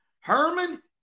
Herman